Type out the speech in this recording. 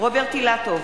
רוברט אילטוב,